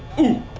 ooh